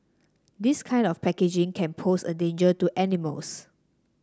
this kind of packaging can pose a danger to animals